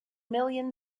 million